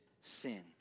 sin